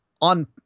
on